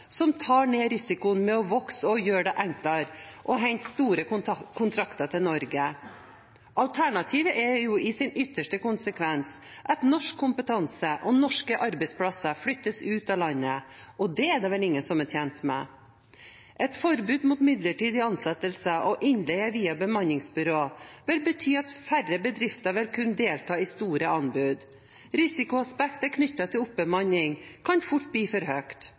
som tar ned risikoen med å vokse, og gjør det enklere å hente store kontrakter til Norge. Alternativet er jo i sin ytterste konsekvens at norsk kompetanse og norske arbeidsplasser flyttes ut av landet, og det er det vel ingen som er tjent med. Et forbud mot midlertidige ansettelser og innleie via bemanningsbyrå vil bety at færre bedrifter vil kunne delta i store anbud. Risikoaspektet knyttet til oppbemanning kan fort bli for